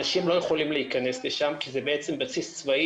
אנשים לא יכולים להכנס לשם כי זה בסיס צבאי